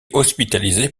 hospitalisé